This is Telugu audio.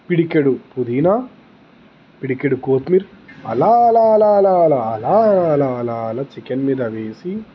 పిడికెడు పుదీనా పిడికెడు కొత్తిమీర అలా అలా అలా అలా అలా అలా అలా అలా అలా చికెన్ మీద వేసి